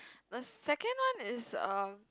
the second one is uh